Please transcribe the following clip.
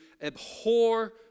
abhor